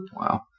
Wow